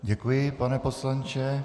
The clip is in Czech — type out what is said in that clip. Děkuji, pane poslanče.